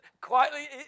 quietly